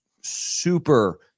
super